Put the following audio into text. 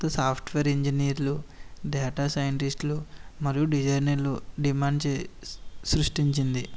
కొత్త సాఫ్ట్వేర్ ఇంజనీర్లు డేటా సైంటిస్టులు మరియు డిజైనర్ డిమాండ్చే సృష్టించింది